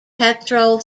petrol